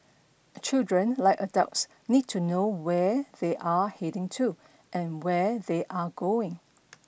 children like adults need to know where they are heading to and where they are going